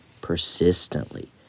persistently